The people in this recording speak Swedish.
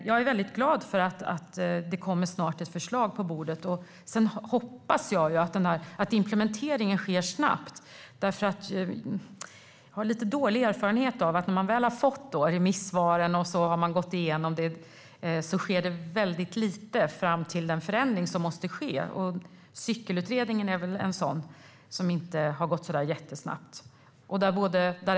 Jag är glad för att det snart kommer ett förslag på bordet, och jag hoppas att implementeringen sker snabbt. Jag har lite dålig erfarenhet av detta. När man väl har fått remissvaren och gått igenom dem sker det väldigt lite fram till den förändring som måste ske. Cykelutredningen är väl en sådan sak som inte har gått så där jättesnabbt.